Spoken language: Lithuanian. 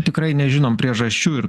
tikrai nežinom priežasčių ir